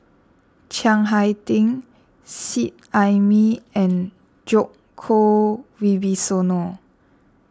Chiang Hai Ding Seet Ai Mee and Djoko Wibisono